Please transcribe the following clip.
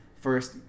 First